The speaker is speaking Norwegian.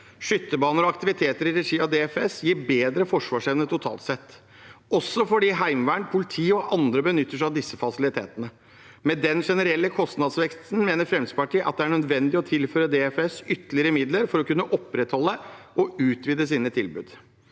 Skytebaner og aktiviteter i regi av DFS gir bedre forsvarsevne totalt sett, også fordi heimevern, politi og andre benytter seg av disse fasilitetene. Med den generelle kostnadsveksten mener Fremskrittspartiet at det er nødvendig å tilføre DFS ytterligere midler for å kunne opprettholde og utvide tilbudene.